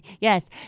Yes